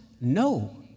No